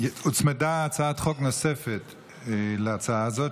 הוצמדה הצעת חוק נוספת להצעה הזאת,